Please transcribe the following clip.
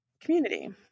community